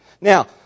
Now